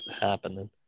happening